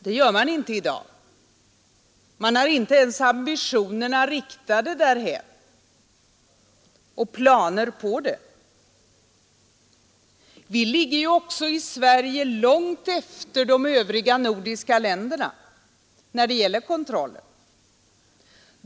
Det gör man inte i dag. Man har inte ens ambitionerna riktade därhän och planer på det. Vi ligger också i Sverige långt efter de övriga nordiska länderna när det gäller kontrollen.